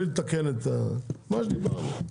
מה שדיברנו.